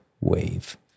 wave